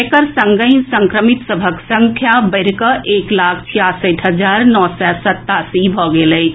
एकर संगहि संक्रमित सभक संख्या बढ़िकऽ एक लाख छियासठि हजार नओ सय सतासी भऽ गेल अछि